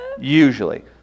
usually